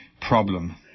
problem